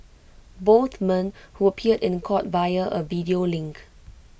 both men who appeared in court via A video link